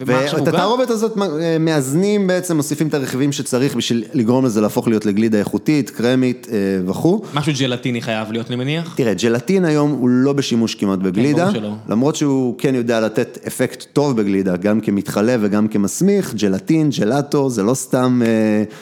ואת התערובת הזאת מאזנים, בעצם מוסיפים את הרכיבים שצריך בשביל לגרום לזה להפוך להיות לגלידה איכותית, קרמית וכו'. משהו ג'לטיני חייב להיות, אני מניח? תראה, ג'לטין היום הוא לא בשימוש כמעט בגלידה, למרות שהוא כן יודע לתת אפקט טוב בגלידה, גם כמתחלב וגם כמסמיך, ג'לטין, ג'לאטו, זה לא סתם אה...